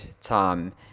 time